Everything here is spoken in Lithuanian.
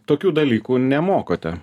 tokių dalykų nemokote